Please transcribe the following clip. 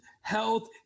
health